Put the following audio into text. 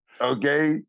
Okay